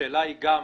השאלה היא גם